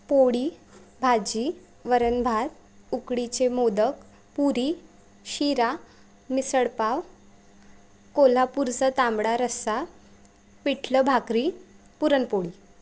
पोळी भाजी वरण भात उकडीचे मोदक पुरी शिरा मिसळपाव कोल्हापूरचं तांबडा रस्सा पिठलं भाकरी पुरणपोळी